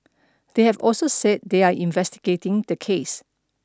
they have also said they are investigating the case